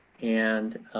and